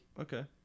okay